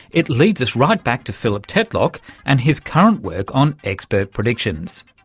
it leads us right back to philip tetlock and his current work on expert predictions.